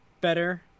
better